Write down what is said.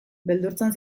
beldurtzen